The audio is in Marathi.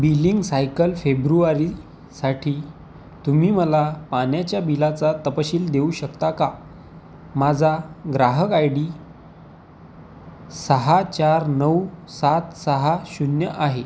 बीलिंग सायकल फेब्रुवारीसाठी तुम्ही मला पाण्याच्या बिलाचा तपशील देऊ शकता का माझा ग्राहक आय डी सहा चार नऊ सात सहा शून्य आहे